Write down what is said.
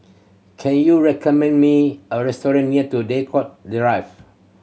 can you recommend me a restaurant near to Draycott Drive